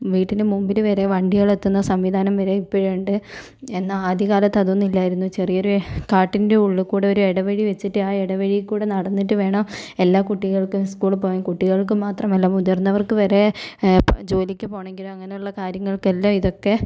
വീട്ടിന് മുൻപിൽ വരെ വണ്ടികൾ എത്തുന്ന സംവിധാനം വരെ ഇപോഴുണ്ട് എന്നാൽ ആദ്യ കാലത്ത് അതൊന്നും ഇല്ലായിരുന്നു ചെറിയ ഒരു കാട്ടിൻ്റെ ഉള്ളിൽ കൂടി ഒരു ഇടവഴി വെച്ചിട്ട് ആ ഇടവഴി കൂടി നടന്നിട്ട് വേണം എല്ലാ കുട്ടികൾക്കും സ്കൂളിൽ പോകാൻ കുട്ടികൾക്ക് മാത്രമല്ല മുതിർന്നവർക്ക് വരെ ജോലിക്ക് പോകണമെങ്കിലോ അങ്ങനെയുള്ള കാര്യങ്ങൾക്ക് എല്ലാം ഇതൊക്കെ